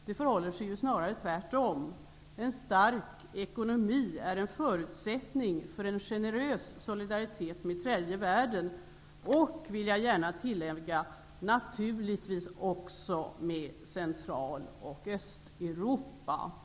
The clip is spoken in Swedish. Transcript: Det förhåller sig ju snarare tvärtom. En stark ekonomi är en förutsättning för en generös solidaritet med tredje världen och, vill jag gärna tillägga, även med Central och Östeuropa.